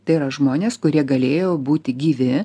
tai yra žmonės kurie galėjo būti gyvi